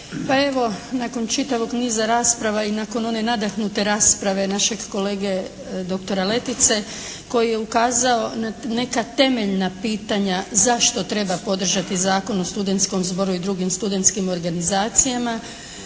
Pa evo, nakon čitavog niza rasprava i nakon one nadahnute rasprave našeg kolege doktora Letice koji je ukazao na neka temeljna pitanja zašto treba podržati Zakon o studentskom zboru i drugim studentskim organizacijama